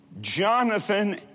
Jonathan